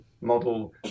model